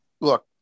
look